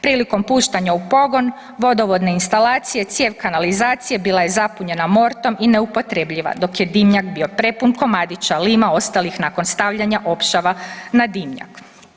Prilikom puštanja u pogon vodovodne instalacije i cijev kanalizacije bila je zapunjena mortom i neupotrebljiva, dok je dimnjak bio prepun komadića lima ostalih nakon stavljanja opšava na dimnjak.